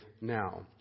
now